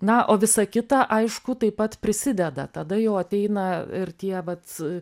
na o visa kita aišku taip pat prisideda tada jau ateina ir tie vat